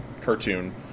cartoon